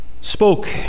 spoke